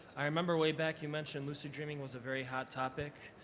i remember way back you mentioned lucid dreaming was a very hot topic.